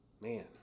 man